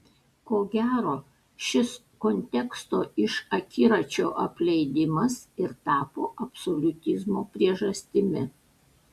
ko gero šis konteksto iš akiračio apleidimas ir tapo absoliutizmo priežastimi